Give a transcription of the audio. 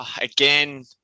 again